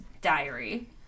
diary